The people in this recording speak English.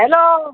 hello